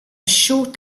short